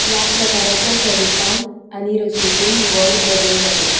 ह्या प्रकाराच्या स्वरुपांत आनी रचणुकेन व्हड बदल जाले